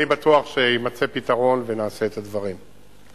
אני בטוח שיימצא פתרון ונעשה את הדברים.